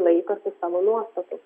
laikosi savo nuostatų